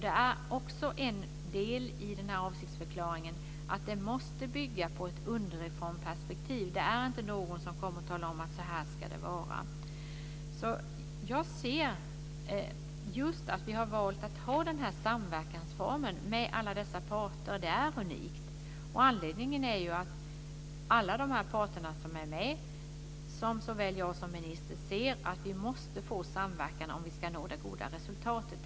Det är också en del i avsiktsförklaringen att arbetet måste bygga på ett underifrånperspektiv. Det är inte någon som kommer och talar om hur det ska vara. Att vi har valt att ha denna samverkansform med alla dessa parter är unikt. Anledningen är att alla parter som är med såväl jag som minister inser att det måste bli en samverkan om vi ska nå det goda resultatet.